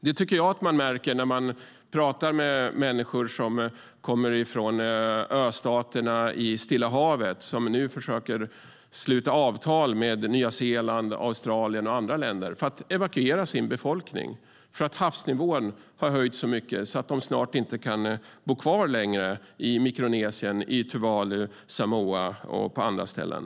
Det tycker jag att man märker när man pratar med människor som kommer från östaterna i Stilla havet. De försöker nu sluta avtal med Nya Zeeland, Australien och andra länder för att evakuera sin befolkning eftersom havsnivån har höjts så mycket att de snart inte längre kan bo kvar i Mikronesien, Tuvalu, Samoa och på andra ställen.